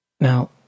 Now